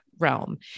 Realm